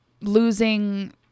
losing